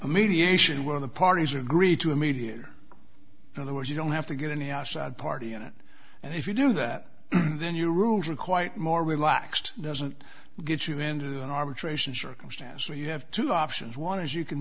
mediation where the parties agree to a mediator in other words you don't have to get any outside party in it and if you do that then your rules are quite more relaxed doesn't get you into an arbitration circumstance where you have two options one is you can